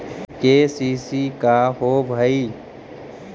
KCC का होव हइ?